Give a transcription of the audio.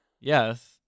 Yes